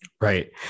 Right